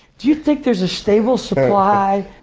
do you think there's a stable supply?